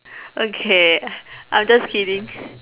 okay I was just kidding